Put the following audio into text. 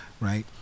Right